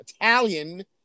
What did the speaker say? italian